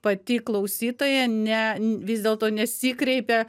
pati klausytoja ne vis dėlto nesikreipė